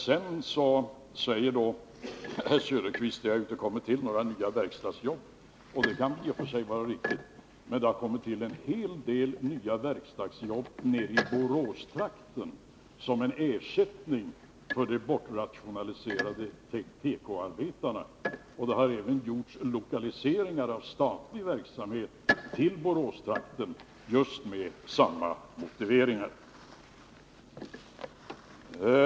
Vidare säger herr Söderqvist att det inte har tillkommit några nya verkstadsjobb, och det kan i och för sig vara riktigt. Men det har tillkommit en hel del nya verkstadsjobb i Boråstrakten som en ersättning för de bortrationaliserade tekoarbetena. Man har även lokaliserat statlig verksamhet till Boråstrakten just med samma motiveringar.